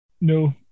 No